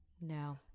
No